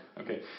Okay